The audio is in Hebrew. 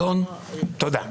תודה.